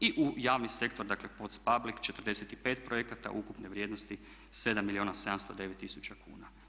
I u javni sektor, dakle POC public 45 projekata ukupne vrijednosti 7 milijuna 709 tisuća kuna.